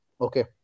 Okay